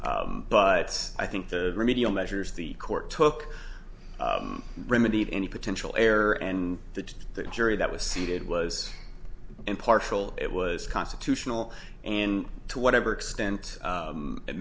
but i think the remedial measures the court took remedied any potential error and that the jury that was seated was impartial it was constitutional and to whatever extent